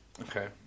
Okay